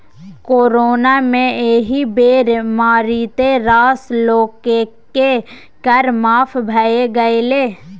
corona मे एहि बेर मारिते रास लोककेँ कर माफ भए गेलै